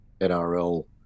NRL